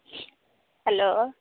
hello